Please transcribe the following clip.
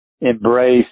embrace